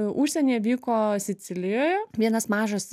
užsienyje vyko sicilijoje vienas mažas